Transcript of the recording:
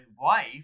wife